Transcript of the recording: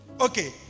Okay